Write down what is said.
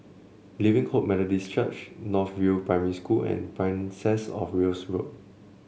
Living Hope Methodist Church North View Primary School and Princess Of Wales Road